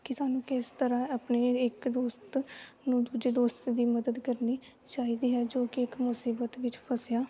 ਕਿ ਸਾਨੂੰ ਕਿਸ ਤਰ੍ਹਾਂ ਆਪਣੇ ਇੱਕ ਦੋਸਤ ਨੂੰ ਦੂਜੇ ਦੋਸਤ ਦੀ ਮਦਦ ਕਰਨੀ ਚਾਹੀਦੀ ਹੈ ਜੋ ਕਿ ਇੱਕ ਮੁਸੀਬਤ ਵਿੱਚ ਫਸਿਆ